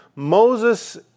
Moses